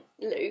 Luke